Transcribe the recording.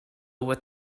what